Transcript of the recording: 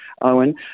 Owen